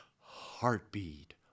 Heartbeat